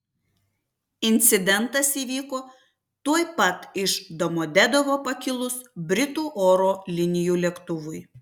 incidentas įvyko tuoj pat iš domodedovo pakilus britų oro linijų lėktuvui